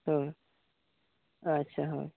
ᱟᱪᱪᱷᱟ ᱦᱳᱭ